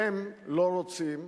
הם לא רוצים,